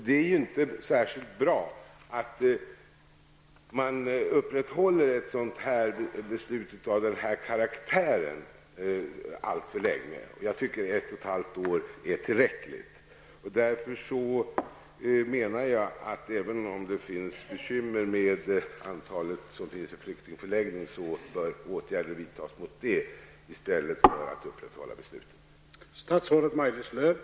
Det är inte särskilt bra att ett beslut av den här karaktären upprätthålls alltför länge. Jag anser att ett och ett halvt år är tillräckligt lång tid. Därför menar jag att om man är bekymrad över antalet flyktingar på förläggningarna bör åtgärder vidtas mot detta, i stället för att man upprätthåller december beslutet.